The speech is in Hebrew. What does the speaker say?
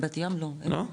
בת ים, לא.